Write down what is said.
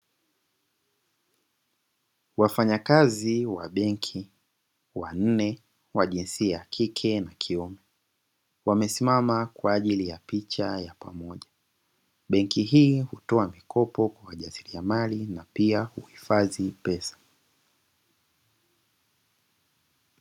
Wafanyakazi wa benki wanne, wa jinsia ya kike na ya kiume wamesimama kwaajili ya picha ya pamoja. Benki hii hutoa mokopo kwa wajasiriamali na pia huhifadhi pesa.